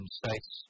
states